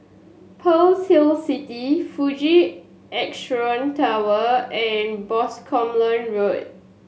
Pearl's Hill City Fuji Xerox Tower and Boscombe Road